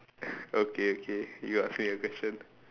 okay okay you are ask me a question